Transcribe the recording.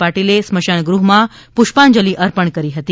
પાટિલ સ્મશાન ગૃહ માં પુષ્પાંજલિ અર્પણ કરી હતી